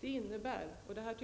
Det innebär --